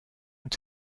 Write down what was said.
ont